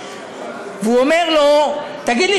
ואומר לו: תגיד לי,